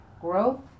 growth